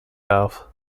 darf